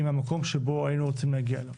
עם המקום שבו היינו רוצים להגיע אליו.